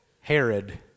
Herod